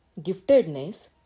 giftedness